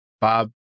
Bob